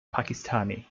pakistani